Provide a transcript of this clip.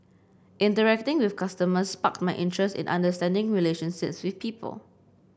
interacting with customers sparked my interest in understanding relationships people